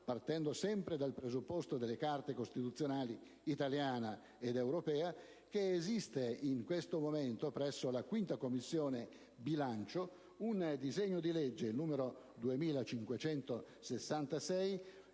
partendo sempre dal presupposto delle Carte costituzionali italiana ed europea, che in questo momento presso la 5a Commissione bilancio è depositato il disegno di legge n. 2566,